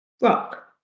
Rock